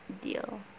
deal